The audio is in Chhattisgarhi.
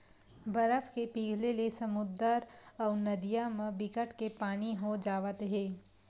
बरफ के पिघले ले समुद्दर अउ नदिया म बिकट के पानी हो जावत हे